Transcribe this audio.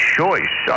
choice